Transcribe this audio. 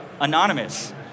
anonymous